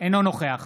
אינו נוכח